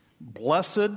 Blessed